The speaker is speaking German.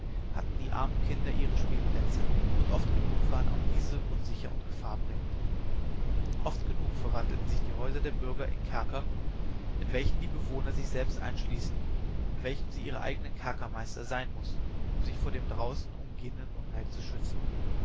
hatten die armen kinder ihre spielplätze und oft genug waren auch diese unsicher und gefahrbringend oft genug verwandelten sich die häuser der bürger in kerker in welchen die bewohner sich selbst einschließen in welchen sie ihre eigenen kerkermeister sein mußten um sich vor dem draußen umgehenden unheil zu schützen